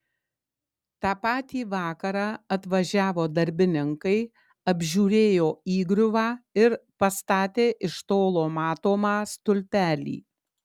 tą patį vakarą atvažiavo darbininkai apžiūrėjo įgriuvą ir pastatė iš tolo matomą stulpelį